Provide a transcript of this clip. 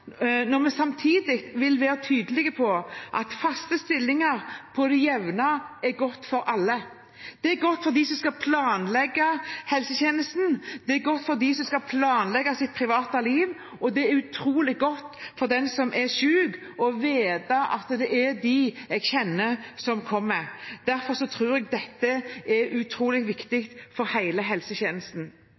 når vi samtidig vil være tydelige på at faste stillinger på det jevne er godt for alle. Det er godt for dem som skal planlegge helsetjenesten, det er godt for dem som skal planlegge sitt private liv, og det er utrolig godt for den som er syk, å vite at det er en jeg kjenner, som kommer. Derfor tror jeg dette er utrolig viktig for hele helsetjenesten.